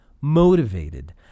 motivated